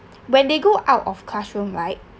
when they go out of classroom right